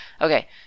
Okay